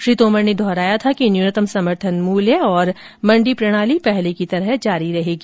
श्री तोमर ने दोहराया था कि न्यूनतम समर्थन मूल्य एमएसपी और मंडी प्रणाली पहले की तरह जारी रहेगी